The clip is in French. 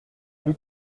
plus